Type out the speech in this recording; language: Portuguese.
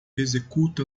executa